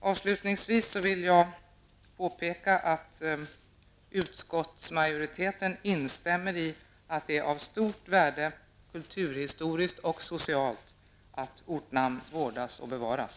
Avslutningsvis vill jag påpeka att utskottsmajoriteten instämmer i att det är av stort kulturhistoriskt och socialt värde att ortnamn vårdas och bevaras.